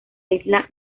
isla